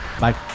bye